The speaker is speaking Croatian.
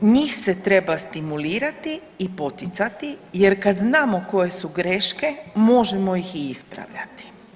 Njim se treba stimulirati i poticati jer kad znamo koje su greške možemo ih i ispravljati.